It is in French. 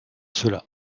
cela